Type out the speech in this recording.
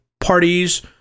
parties